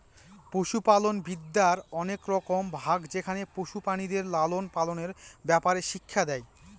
পশুপালনবিদ্যার অনেক রকম ভাগ যেখানে পশু প্রাণীদের লালন পালনের ব্যাপারে শিক্ষা দেয়